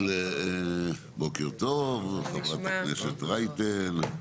בוקר טוב חברת הכנסת רייטן.